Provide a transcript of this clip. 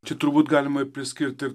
čia turbūt galima priskirt ir